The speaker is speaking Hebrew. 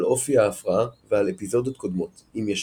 אופי ההפרעה ועל אפיזודות קודמות אם ישנן.